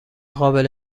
قابل